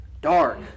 dark